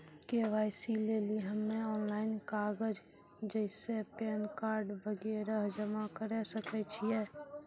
KYC लेली हम्मय online कागज जैसे पैन कार्ड वगैरह जमा करें सके छियै?